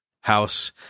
house